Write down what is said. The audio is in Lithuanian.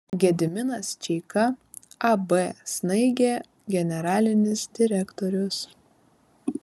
gediminas čeika ab snaigė generalinis direktorius